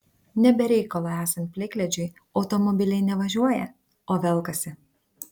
ne be reikalo esant plikledžiui automobiliai ne važiuoja o velkasi